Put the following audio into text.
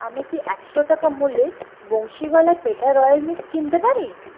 আমি কি একশো টাকা মূল্যের বংশীওয়ালা পেঠা রয়্যাল মিক্স কিনতে পারি